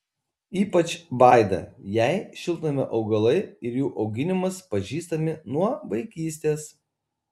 ypač vaida jai šiltnamio augalai ir jų auginimas pažįstami nuo vaikystės